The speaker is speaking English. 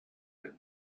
and